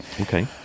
Okay